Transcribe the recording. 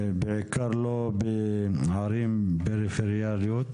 בעיקר לא בערים פריפריאליות.